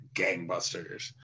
gangbusters